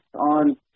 on